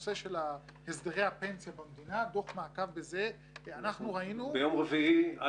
עם הנושא שאמרת שהוא אבן יסוד בביקורת המדינה מינהל תקין וטוהר